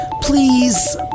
please